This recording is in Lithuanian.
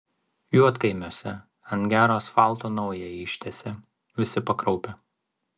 juodkaimiuose ant gero asfalto naują ištiesė visi pakraupę